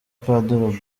padiri